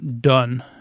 done